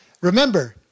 Remember